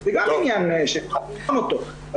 זה גם עניין שצריכים לבחון אותו.